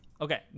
Okay